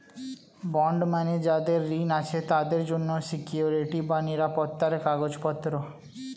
bond মানে যাদের ঋণ আছে তাদের জন্য সিকুইরিটি বা নিরাপত্তার কাগজপত্র